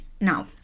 now